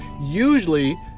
Usually